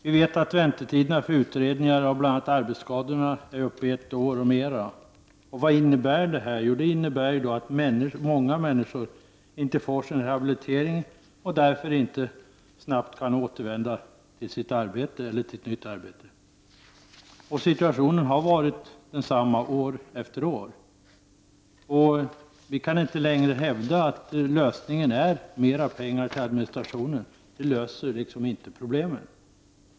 Vi vet att väntetiderna för utredningar av bl.a. arbetsskador nu är uppe i ett år och mera. Vad innebär detta? Jo, det innebär att många människor inte får sin rehabilitering och därför inte snabbt kan återvända till sitt gamla arbete eller till ett nytt arbete. Situationen har varit densamma år efter år. Nu kan vi inte längre hävda att lösningen är mer pengar till administration. Det löser inte problemen.